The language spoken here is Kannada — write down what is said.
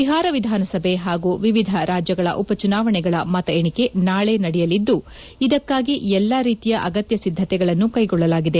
ಬಿಹಾರ ವಿಧಾನಸಭೆ ಹಾಗೂ ವಿವಿಧ ರಾಜ್ಯಗಳ ಉಪಚುನಾವಣೆಗಳ ಮತ ಎಣಿಕೆ ನಾಳೆ ನಡೆಯಲಿದ್ದು ಇದಕ್ಕಾಗಿ ಎಲ್ಲಾ ರೀತಿಯ ಅಗತ್ಯ ಸಿದ್ದತೆಗಳನ್ನು ಕ್ಷೆಗೊಳ್ಳಲಾಗಿದೆ